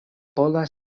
pola